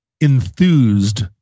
enthused